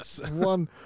One